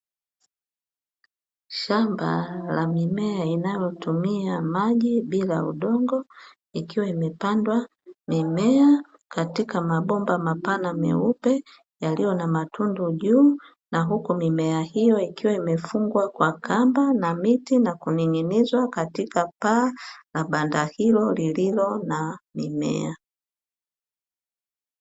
Shamba la mimea inayotumia maji bila udongo, ikiwa imepandwa mimea katika mabomba mapana meupe yaliyo na matundu juu, na huku mimea hiyo ikiwa imefungwa kwa kamba na miti na kuning'inizwa katika paa la banda hilo lililo na mimea.